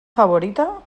favorita